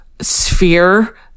sphere